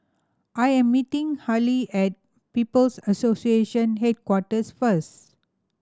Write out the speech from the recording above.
I am meeting Harlie at People's Association Headquarters first